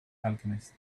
alchemist